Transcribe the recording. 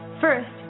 First